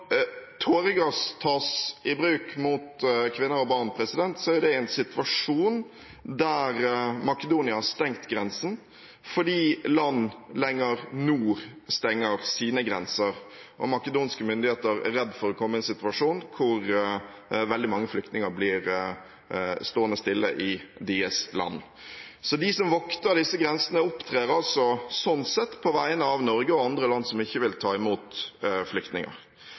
tas i bruk mot kvinner og barn, er det i en situasjon der Makedonia har stengt grensen fordi land lenger nord stenger sine grenser, og makedonske myndigheter er redd for å komme i en situasjon hvor veldig mange flyktninger blir stående stille i deres land. De som vokter disse grensene, opptrer sånn sett på vegne av Norge og andre land som ikke vil ta imot flyktninger.